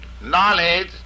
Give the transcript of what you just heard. knowledge